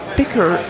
bigger